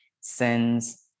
sends